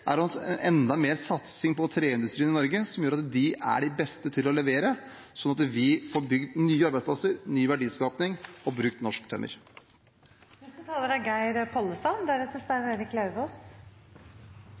er enda mer satsing på treindustrien i Norge, som gjør at de er de beste til å levere, slik at vi får skapt nye arbeidsplasser, får ny verdiskaping og får brukt norsk tømmer. Eg vil knyta nokre kommentarar til næringsaspektet ved denne saka. Det er